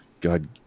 God